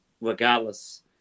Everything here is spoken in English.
regardless